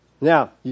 Now